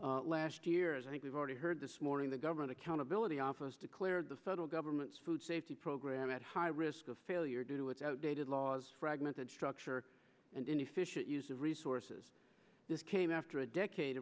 act last year as i think we've already heard this morning the government accountability office declared the federal government's food safety program at high risk of failure due to its outdated laws fragmented structure and inefficient use of resources this came after a decade